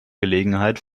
gelegenheit